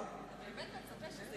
אתה מצפה שזה